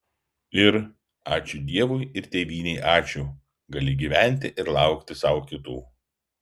ir ačiū dievui ir tėvynei ačiū gali gyventi ir laukti sau kitų